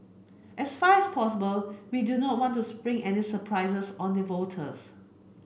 as far as possible we do not want to spring any surprises on the voters